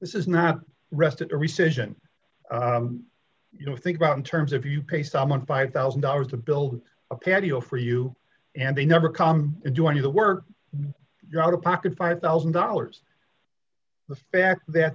this is not rested a recession you know think about in terms of you pay someone five thousand dollars to build a patio for you and they never come and do any the work you're out of pocket five thousand dollars the fact that